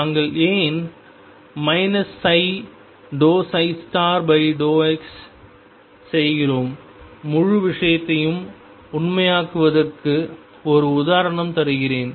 நாங்கள் ஏன் ψ∂x செய்கிறோம் முழு விஷயத்தையும் உண்மையானதாக்குவதற்கு ஒரு உதாரணம் தருகிறேன்